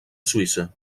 suïssa